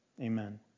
amen